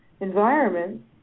environments